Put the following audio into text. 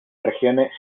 regiones